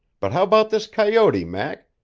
but how about this coyote, mac?